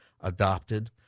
adopted